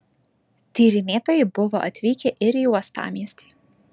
tyrinėtojai buvo atvykę ir į uostamiestį